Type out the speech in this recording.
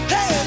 Hey